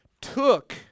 took